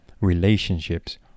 relationships